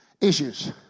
issues